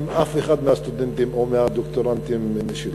עם אף אחד מהסטודנטים או מהדוקטורנטים שלו.